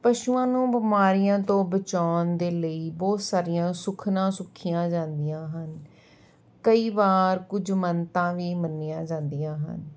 ਪਸ਼ੂਆਂ ਨੂੰ ਬਿਮਾਰੀਆਂ ਤੋਂ ਬਚਾਉਣ ਦੇ ਲਈ ਬਹੁਤ ਸਾਰੀਆਂ ਸੁਖਨਾ ਸੁੱਖੀਆਂ ਜਾਂਦੀਆਂ ਹਨ ਕਈ ਵਾਰ ਕੁਝ ਮੰਨਤਾਂ ਵੀ ਮੰਨੀਆਂ ਜਾਂਦੀਆਂ ਹਨ